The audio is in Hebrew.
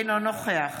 אינו נוכח